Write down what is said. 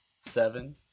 seven